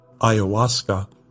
ayahuasca